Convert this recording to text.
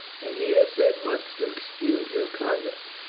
and he has said much to excuse your conduct.